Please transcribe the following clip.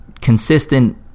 consistent